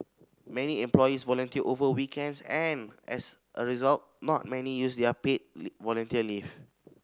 many employees volunteer over weekends and as a result not many use their paid volunteer leave